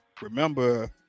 remember